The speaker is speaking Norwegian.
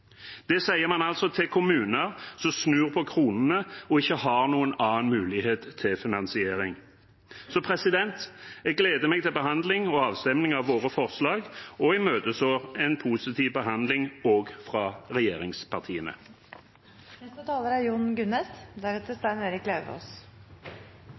Det sier man altså til kommuner som snur på kronene og ikke har noen annen mulighet til finansiering. Jeg gleder meg til behandlingen av og avstemningen over våre forslag og imøteser en positiv behandling, også fra